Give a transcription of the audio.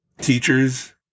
teachers